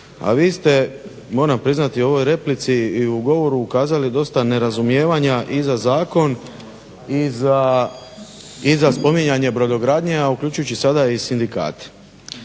a vi ste moram priznati u ovoj replici i u govoru ukazali dosta nerazumijevanja i za zakon i za spominjanje brodogradnje, a uključujući sada i sindikate.